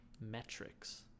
metrics